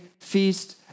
feast